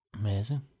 Amazing